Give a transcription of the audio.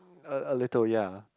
a a little ya